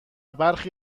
برخی